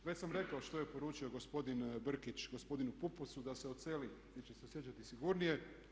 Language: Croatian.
Već sam rekao što je poručio gospodin Brkić gospodinu Pupovcu da se odseli gdje će se osjećati sigurnije.